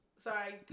Sorry